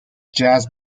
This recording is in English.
jazz